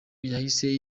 yahise